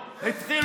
עם זה משלמים חשמל?